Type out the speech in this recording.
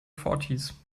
fourties